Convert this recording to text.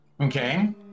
okay